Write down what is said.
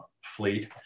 fleet